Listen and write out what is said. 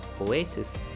Oasis